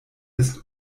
ist